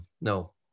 no